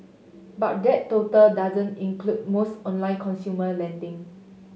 but that total doesn't include most online consumer lending